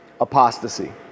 Apostasy